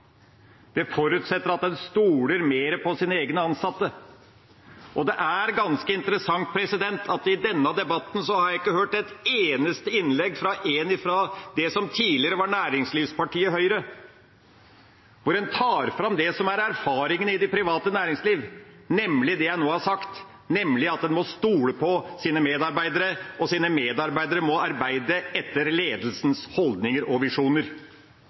Det forutsetter at en stoler mer på sine egne ansatte. Det er ganske interessant at jeg i denne debatten ikke har hørt et eneste innlegg fra én fra det som tidligere var næringslivspartiet Høyre, når en tar fram det som er erfaringen i det private næringslivet, nemlig det jeg nå har sagt, at en må stole på sine medarbeidere. Og medarbeiderne må arbeide etter ledelsens holdninger og visjoner.